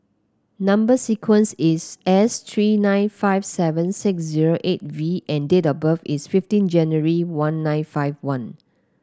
number sequence is S three nine five seven six zero eight V and date of birth is fifteen January one nine five one